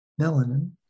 melanin